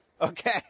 Okay